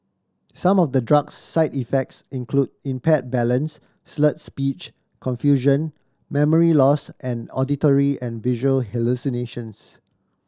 some of the drug's side effects include impaired balance slurred speech confusion memory loss and auditory and visual hallucinations